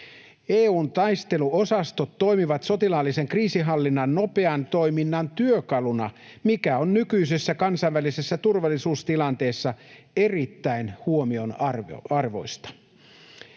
EU:n taisteluosastot toimivat sotilaallisen kriisinhallinnan nopean toiminnan työkaluna, mikä on nykyisessä kansainvälisessä turvallisuustilanteessa erittäin huomionarvoista.